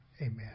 amen